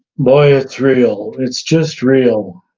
boy, ah it's real. it's just real.